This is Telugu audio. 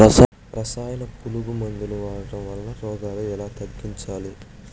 రసాయన పులుగు మందులు వాడడం వలన రోగాలు ఎలా తగ్గించాలి?